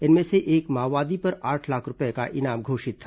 इनमें से एक माओवादी पर आठ लाख रूपये का इनाम घोषित था